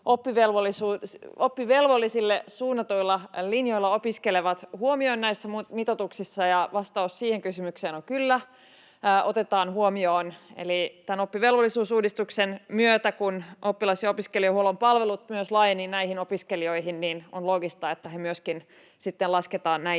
oppivelvollisille suunnatuilla linjoilla opiskelevat huomioon näissä mitoituksissa. Vastaus siihen kysymykseen on ”kyllä”, otetaan huomioon. Eli kun tämän oppivelvollisuusuudistuksen myötä myös oppilas- ja opiskelijahuollon palvelut laajenivat näihin opiskelijoihin, on loogista, että heidät myöskin sitten lasketaan näihin